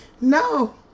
No